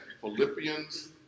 Philippians